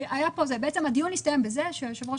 היה פה --- הדיון הסתיים בזה שהיושב-ראש